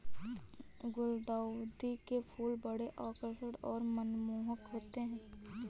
गुलदाउदी के फूल बड़े आकर्षक और मनमोहक होते हैं